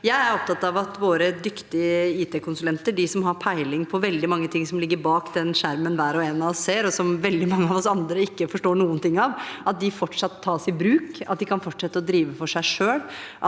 Jeg er opptatt av at våre dyktige IT-konsulenter – de som har peiling på veldig mange ting som ligger bak den skjermen hver og en av oss ser, som veldig mange av oss andre ikke forstår noen ting av – fortsatt tas i bruk, at de kan fortsette å drive for seg selv,